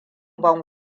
ban